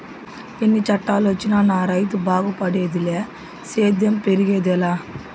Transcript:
ఎన్ని చట్టాలొచ్చినా నా రైతు బాగుపడేదిలే సేద్యం పెరిగేదెలా